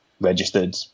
registered